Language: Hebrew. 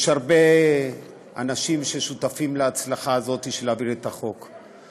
יש הרבה אנשים ששותפים להצלחה הזאת של העברת החוק,